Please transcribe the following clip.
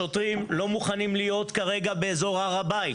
שוטרים לא מוכנים להיות כרגע באזור הר הבית.